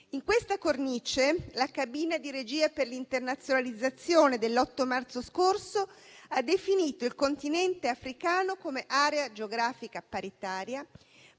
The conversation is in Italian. In questa cornice, la cabina di regia per l'internazionalizzazione dell'8 marzo scorso ha definito il Continente africano come area geografica paritaria